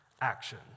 action